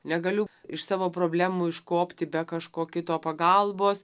negaliu iš savo problemų iškopti be kažko kito pagalbos